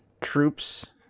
troops